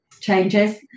changes